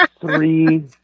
three